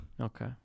Okay